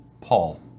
Paul